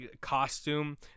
costume